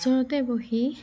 ওচৰতে বহি